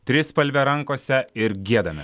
trispalvę rankose ir giedame